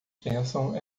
pensam